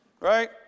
Right